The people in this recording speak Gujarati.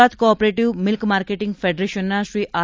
Gujarat cooperative milk marketing ફેડરેશનના શ્રી આર